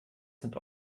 sind